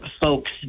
folks